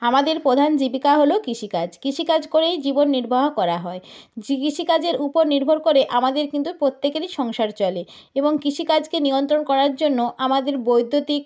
আমাদের প্রধান জীবিকা হলো কৃষিকাজ কৃষিকাজ করেই জীবন নির্বাহ করা হয় কৃষিকাজের উপর নির্ভর করে আমাদের কিন্তু প্রত্যেকেরই সংসার চলে এবং কৃষিকাজকে নিয়ন্ত্রণ করার জন্য আমাদের বৈদ্যুতিক